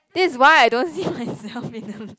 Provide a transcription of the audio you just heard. this is why I don't see myself in